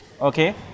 Okay